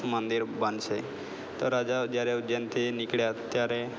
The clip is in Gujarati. મંદિર બનશે તો રાજા જ્યારે ઉજ્જૈનથી નીકળ્યા ત્યારે